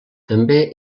també